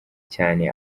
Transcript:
cyane